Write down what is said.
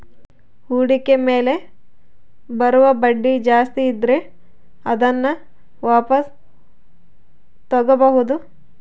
ಹೂಡಿಕೆ ಮೇಲೆ ಬರುವ ಬಡ್ಡಿ ಜಾಸ್ತಿ ಇದ್ರೆ ಅದನ್ನ ವಾಪಾಸ್ ತೊಗೋಬಾಹುದು